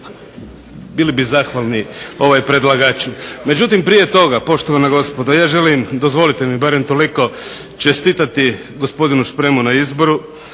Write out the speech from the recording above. bili bi zahvalni predlagaču. Međutim prije toga poštovana gospodo ja želim, dozvolite mi barem toliko, čestitati gospodinu Špremu na izboru.